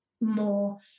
more